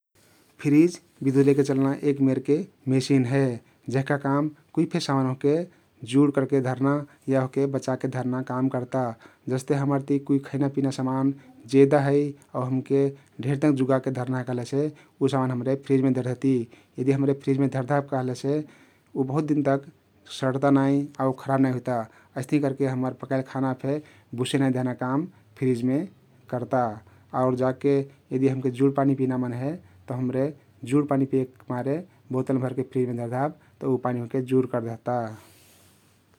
फ्रिज बिधुत लैके चल्ना एक मेरके मेसिन हे । जेहका काम कुइ फे सामान ओहके जुड् करके धर्ना या ओहके बचाके धर्ना काम कर्ता । जस्ते हम्मर ति कुइ खेना पिना सामान जेदा हइ आउ हमके ढेर दिन जुगाके धर्ना हइ कहलेसे उ समान हम्रे फ्रिजमे धरदेहती । यदि हम्र फ्रिजमे धरदेहब कहलेसे उ बहुत दिन तक सड्ता नाई आउ खराब नाई हुइता । अइस्तहिं करे हम्मर पकाइल खान फे बुसे नाई देहना काम फ्रिजमे कर्ता आउ जाके यदि हमके जुड् पानी पिना मन हे तउ हम्रे जुड् पानी पिएकमारे बोतल भरके फ्रिजमे धरदेहब तउ उ पानी ओहके जुड् करदेहता ।